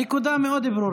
הנקודה מאוד ברורה.